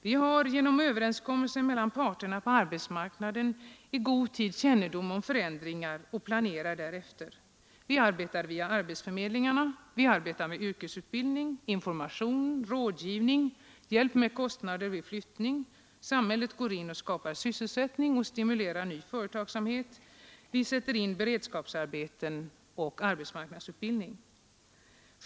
Vi har genom överenskommelser mellan parterna på arbetsmarknaden i god tid kännedom om förändringar och planerar därefter. Vi arbetar via arbetsförmedlingarna, vi arbetar med yrkesutbildning, information, rådgivning och hjälp med kostnader vid flyttning. Samhället går in och skapar sysselsättning och stimulerar ny företagsamhet. Vi sätter in beredskapsarbeten och arbetsmarknadsutbildning.